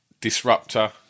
Disruptor